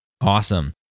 Awesome